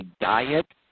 diet